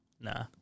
Nah